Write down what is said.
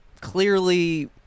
clearly